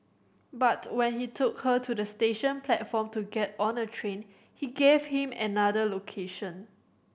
but when he took her to the station platform to get on a train he gave him another location